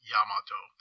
Yamato